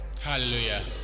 Hallelujah